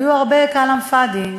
היו הרבה "כלאם פאד'י",